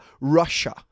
russia